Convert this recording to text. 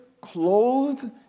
clothed